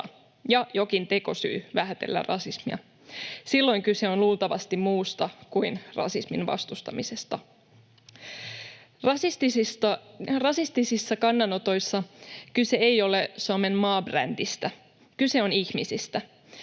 ja jokin tekosyy vähätellä rasismia, silloin kyse on luultavasti muusta kuin rasismin vastustamisesta. Rasistisissa kannanotoissa kyse ei ole Suomen maabrändistä. Kyse on ihmisistä.